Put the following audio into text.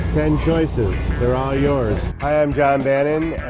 then choices they're all yours. hi. i'm john bannon,